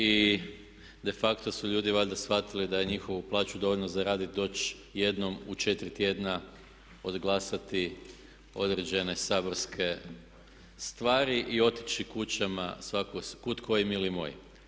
I de facto su ljudi valjda shvatili da je njihovu plaću dovoljno zaraditi doći jednom u 4 tjedna odglasati određene saborske stvari i otići kućama, kud koji mili moji.